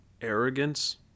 arrogance